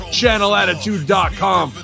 channelattitude.com